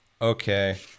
okay